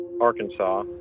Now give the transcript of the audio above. Arkansas